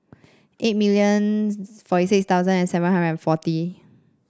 eight million forty six thousand and seven hundred forty